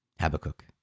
Habakkuk